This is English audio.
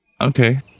Okay